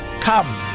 Come